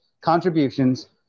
contributions